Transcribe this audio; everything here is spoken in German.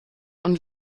und